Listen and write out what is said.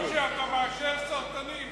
נכון שאתה מאשר סרטנים,